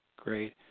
great